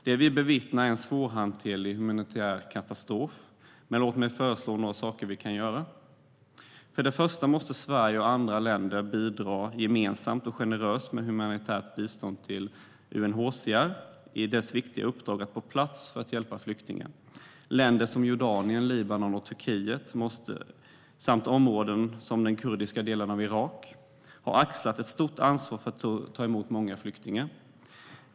Det vi bevittnar är en svårhanterlig humanitär katastrof, men låt mig föreslå några saker vi kan göra. Till att börja med måste Sverige och andra länder bidra gemensamt och generöst med humanitärt bistånd till UNHCR i dess viktiga uppdrag att på plats hjälpa flyktingar. Länder som Jordanien, Libanon och Turkiet samt områden som den kurdiska delen av Irak har axlat ett stort ansvar för att ta emot många flyktingar.